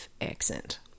accent